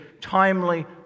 timely